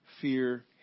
fear